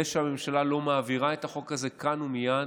זה שהממשלה לא מעבירה את החוק הזה כאן ומייד,